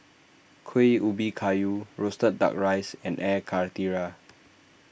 Kuih Ubi Kayu Roasted Duck Rice and Air Karthira